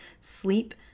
Sleep